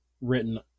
written